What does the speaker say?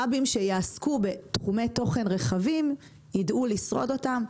האבים שיעסקו בתחומי תוכן רחבים יידעו לשרוד אותם,